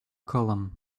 column